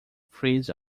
freeze